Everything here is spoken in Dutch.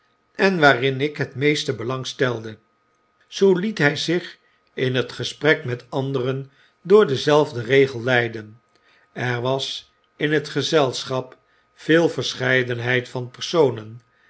en waarin ik het meeste belang stelde zoo liet hy zich in het gesprek met anderen door denzelfden regel leiden er was in het gezelschap veel verscheidenheid van personen